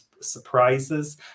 surprises